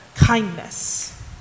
kindness